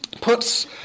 puts